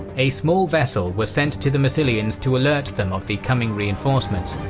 a small vessel was sent to the massilians to alert them of the coming reinforcements,